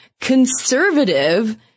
conservative